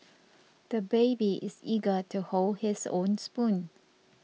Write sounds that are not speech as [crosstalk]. [noise] the baby is eager to hold his own spoon